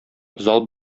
зал